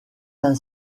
d’un